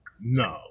No